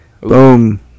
Boom